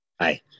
Hi